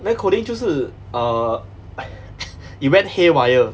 那个 coding 就是 uh it went haywire